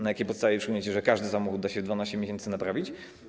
Na jakiej podstawie utrzymujecie, że każdy samochód da się w 12 miesięcy naprawić?